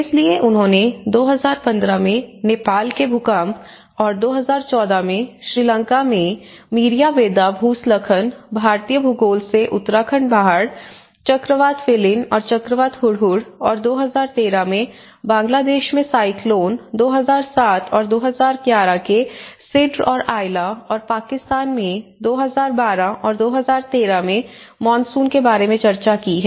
इसलिए उन्होंने 2015 में नेपाल में भूकंप और 2014 में श्रीलंका में मीरियाबेद्दा भूस्खलन भारतीय भूगोल से उत्तराखंड बाढ़ चक्रवात फीलिन और चक्रवात हुदहुद और 2013 में बांग्लादेश में साइक्लोन 2007 और 2011 के सिड्र और आइला और पाकिस्तान में 2012 और 2013 में मानसून के बारे में चर्चा की है